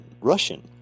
Russian